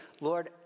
Lord